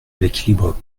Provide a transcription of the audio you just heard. l’équilibre